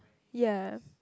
ya